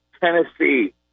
Tennessee